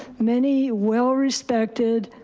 many well-respected,